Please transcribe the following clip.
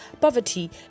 poverty